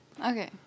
okay